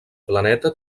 planeta